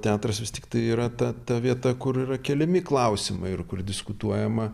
teatras vis tiktai yra ta ta vieta kur yra keliami klausimai ir kur diskutuojama